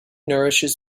nourishes